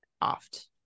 Oft